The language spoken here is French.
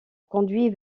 conduit